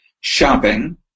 shopping